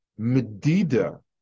Medida